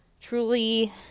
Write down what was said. truly